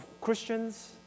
Christians